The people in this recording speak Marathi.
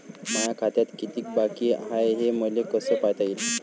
माया खात्यात कितीक बाकी हाय, हे मले कस पायता येईन?